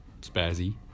spazzy